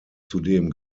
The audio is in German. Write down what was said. zudem